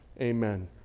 Amen